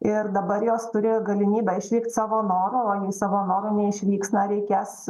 ir dabar jos turi galimybę išvykt savo noru o jei savo noru neišvyks na reikės